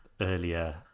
earlier